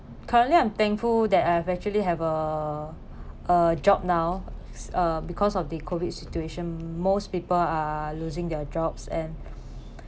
currently I'm thankful that I actually have a a job now uh because of the COVID situation most people are losing their jobs and